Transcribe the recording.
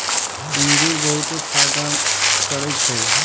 इंगूर बहुते फायदा करै छइ